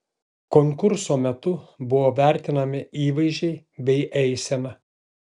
konkurso metu buvo vertinami įvaizdžiai bei eisena